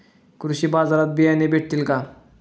कृषी बाजारात बियाणे भेटतील का?